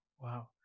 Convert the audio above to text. wow